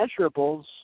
measurables